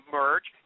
merge